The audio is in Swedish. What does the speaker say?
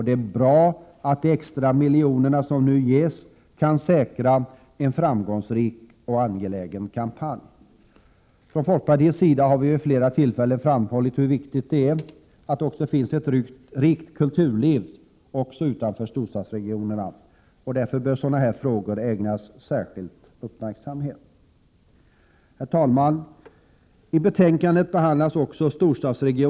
Det är bra att de extra miljoner som nu beviljas kan säkra ett framgångsrikt och angeläget kampanjarbete. Vi i folkpartiet har vid flera tillfällen framhållit hur viktigt det är att det finns ett rikt kulturliv även utanför storstadsregionerna. Därför bör sådana här frågor ägnas särskild uppmärksamhet. Herr talman! I betänkandet behandlas storstadsregionernas utveckling. I 15 Prot.